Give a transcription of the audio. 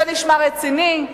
זה נשמע רציני?